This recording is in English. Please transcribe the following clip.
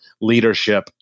leadership